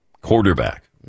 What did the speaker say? quarterback